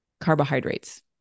carbohydrates